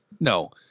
no